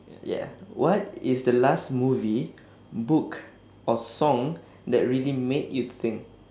ya what is the last movie book or song that really made you think